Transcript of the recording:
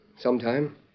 sometime